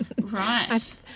Right